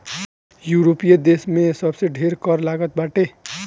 यूरोपीय देस में सबसे ढेर कर लागत बाटे